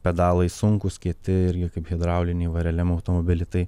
pedalai sunkūs kieti irgi kaip hidrauliniai va realiam automobily tai